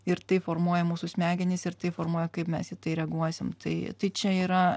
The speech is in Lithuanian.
ir tai formuoja mūsų smegenis ir tai formuoja kaip mes į tai reaguosim tai tai čia yra